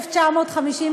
1953,